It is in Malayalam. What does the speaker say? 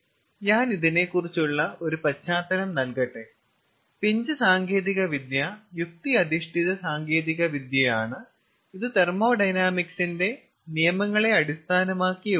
ഞാൻ ഇതിനെ കുറച്ചിട്ടുള്ള ഒരു പശ്ചാത്തലം നൽകട്ടെ പിഞ്ച് സാങ്കേതിക വിദ്യ യുക്തി അധിഷ്ഠിത സാങ്കേതിക വിദ്യയാണ് ഇത് തെർമോഡൈനാമിക്സിന്റെ നിയമങ്ങളെ അടിസ്ഥാനമാക്കിയുള്ളതാണ്